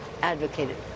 advocated